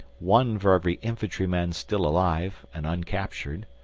one for every infantry-man still alive and uncaptured,